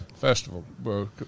festival